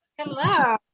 Hello